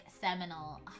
seminal